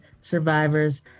survivors